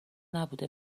نبوده